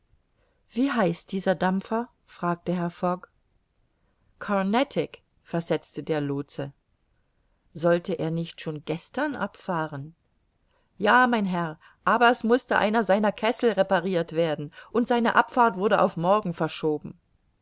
wie heißt dieser dampfer fragte herr fogg carnatic versetzte der lootse sollte er nicht schon gestern abfahren ja mein herr aber es mußte einer seiner kessel reparirt werden und seine abfahrt wurde auf morgen verschoben